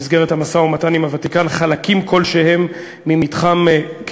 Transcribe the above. במסגרת המשא-ומתן עם הוותיקן,